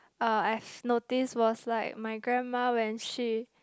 uh I've noticed was like my grandma when she